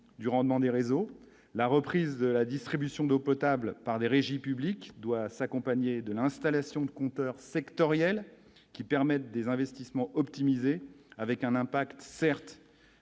du rendement des réseaux, la reprise de la distribution d'eau potable par les régies publiques doit s'accompagner de l'installation de compteurs sectoriel qui permettent des investissements optimisé avec un impact certes